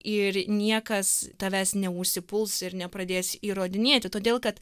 ir niekas tavęs neužsipuls ir nepradės įrodinėti todėl kad